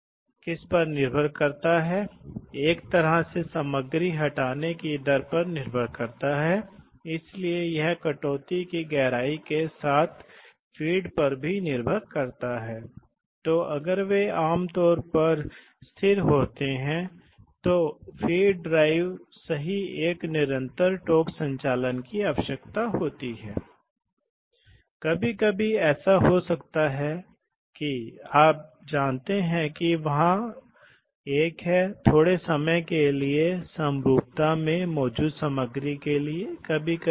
हालांकि जबकि डाउनस्ट्रीम वास्तव में लोड से जुड़ा है यह लोड है इसलिए लोड दबाव भिन्न होता है यह अनुपात अलग अलग हो रहा है यह भी हो सकता है कि अपस्ट्रीम लोड से जुड़ा हो और डाउनस्ट्रीम निकास से जुड़ा हो इस मामले में यह स्थिर है लेकिन फिर यह भिन्न हो सकता है इसलिए फिर से PdPu संबंध अलग अलग होंगे